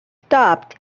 stopped